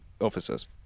officers